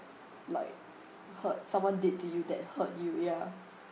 like hurt someone did to you that hurt you ya